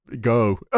go